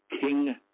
King